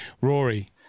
Rory